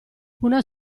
una